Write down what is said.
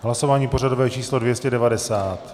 Hlasování pořadové číslo 290.